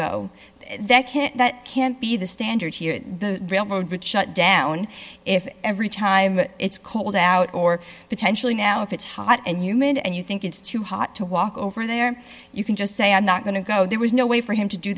go that can't that can't be the standard here the railroad shut down if every time it's cold out or potentially now if it's hot and humid and you think it's too hot to walk over there you can just say i'm not going to go there was no way for him to do